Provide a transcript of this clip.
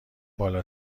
بالا